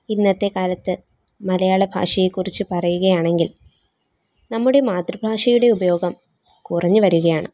ഇന്നത്തെ കാലത്ത് മലയാള ഭാഷയെക്കുറിച്ച് പറയുകയാണെങ്കിൽ നമ്മുടെ മാതൃഭാഷയുടെ ഉപയോഗം കുറഞ്ഞു വരികയാണ്